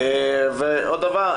עוד דבר,